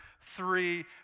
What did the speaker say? three